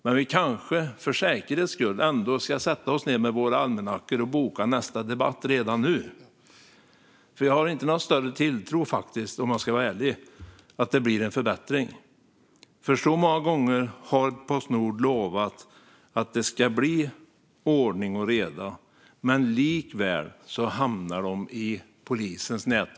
För säkerhets skull kanske vi ändå ska sätta oss ned med våra almanackor och boka nästa debatt redan nu, för om jag ska vara ärlig har jag inte någon större tilltro till att det blir någon förbättring. Många gånger har Postnord lovat att det ska bli ordning och reda, men likväl hamnar de i polisens nät.